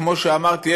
כמו שאמרתי,